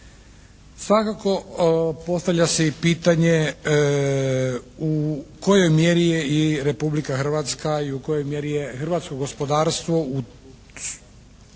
Svakako postavlja se i pitanje u kojoj mjeri je i Republika Hrvatska i u kojoj mjeri je hrvatsko gospodarstvo uključeno